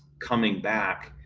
coming back.